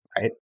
right